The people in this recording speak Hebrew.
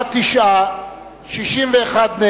הצעת סיעות חד"ש רע"ם-תע"ל בל"ד להביע אי-אמון בממשלה לא נתקבלה.